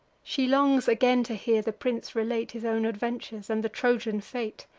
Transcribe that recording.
she longs again to hear the prince relate his own adventures and the trojan fate.